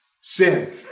Sin